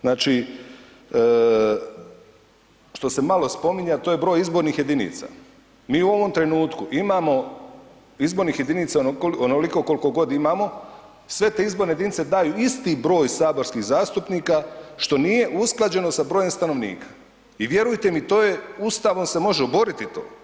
Znači što se malo spominje, a to je broj izbornih jedinica, mi u ovom trenutku imamo izbornih jedinica onoliko koliko god imamo, sve te izborne jedinice daju isti broj saborskih zastupnika što nije usklađeno sa brojem stanovnika i vjerujte mi Ustavom se može oboriti to.